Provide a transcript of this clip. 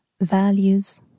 values